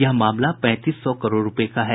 यह मामला पैंतीस सौ करोड़ रूपये का है